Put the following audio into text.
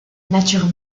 nature